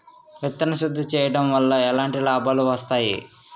విత్తన శుద్ధి చేయడం వల్ల ఎలాంటి లాభాలు వస్తాయి?